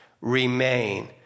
remain